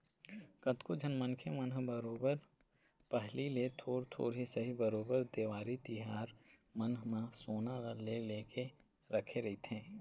कतको झन मनखे मन ह बरोबर पहिली ले थोर थोर ही सही बरोबर देवारी तिहार मन म सोना ल ले लेके रखे रहिथे